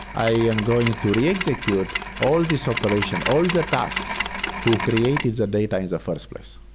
i am going to re-execute all these operation, all the tasks who created the data in the first place.